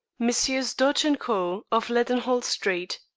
messrs. dodge and co, of leadenhall street,